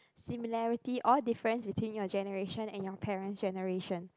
similarity or difference between your generation and your parent's generation